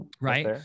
right